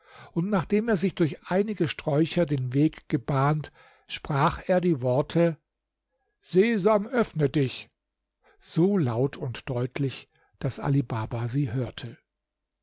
und nachdem er sich durch einige sträucher den weg gebahnt sprach er die worte sesam öffne dich so laut und deutlich daß ali baba sie hörte